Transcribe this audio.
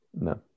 No